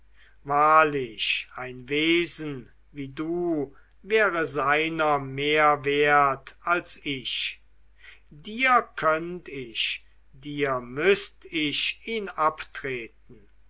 wahrlich ein wesen wie du wäre seiner mehr wert als ich dir könnt ich dir müßt ich ihn abtreten